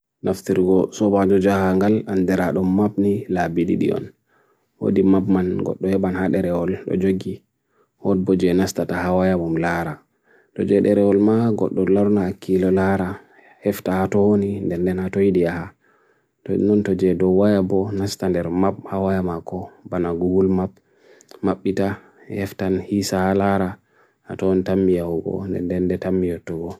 nafthirgo sobaan jo jahangal an deradum map ni labi didion odi map man goto e ban hat ere ol rojagi hot bo jye nastata hawaya bum lara dojye dere ol ma goto lor na kilo lara efta ato oni den den ato ide ya doj nun tojye dowaya bo nastan derum map hawaya mako bana google map map ita eftan hisa lara ato un tamia uko den den de tamia uto go